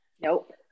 Nope